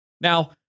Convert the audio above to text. Now